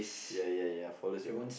ya ya ya follows your